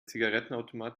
zigarettenautomat